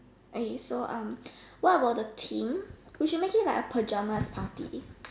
okay so um what about the theme we should make it like a pyjamas party